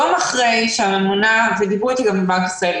יום אחרי שהממונה, ודיברו אתי בנק ישראל.